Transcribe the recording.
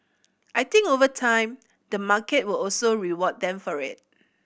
I think over time the market will also reward them for it